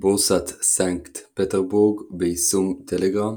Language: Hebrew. בורסת סנקט פטרבורג, ביישום טלגרם